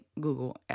Google